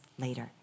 later